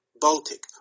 Baltic